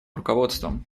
руководством